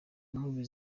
inkubi